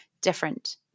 different